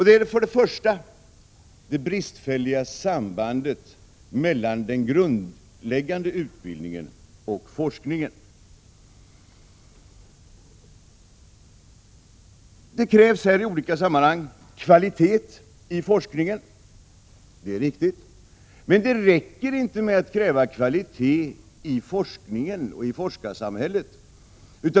Det gäller det bristfälliga sambandet mellan den grundläggande utbildningen och forskningen. Det krävs i olika sammanhang kvalitet i forskningen. Det är riktigt. Men det räcker inte med att kräva detta inom forskningen och i forskarsamhället.